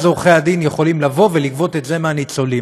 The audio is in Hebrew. יכולים לבוא ולגבות את זה מהניצולים.